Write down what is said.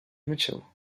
mitchell